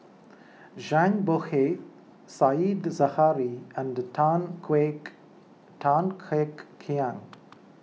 Zhang Bohe Said Zahari and Tan Kek Tan Hek Hiang